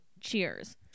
Cheers